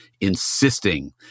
insisting